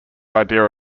idea